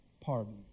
pardon